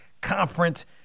Conference